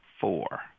four